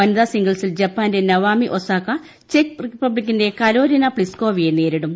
വനിതാ സിംഗിൾസിൽ ജപ്പാന്റെ നവോമി ഒസാക്ക ചെക്ക് റിപ്പബ്ലിക്കിന്റെ കരോലിന പ്തിസ്കോവയെ നേരിടും